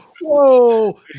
whoa